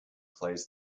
plays